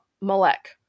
Malek